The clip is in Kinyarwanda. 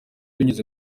binyuze